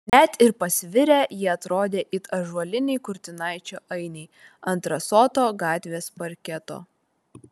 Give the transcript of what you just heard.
net ir pasvirę jie atrodė it ąžuoliniai kurtinaičio ainiai ant rasoto gatvės parketo